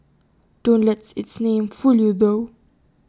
don't let its name fool you though